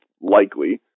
likely